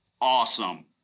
awesome